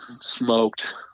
smoked